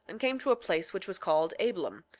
and came to a place which was called ablom,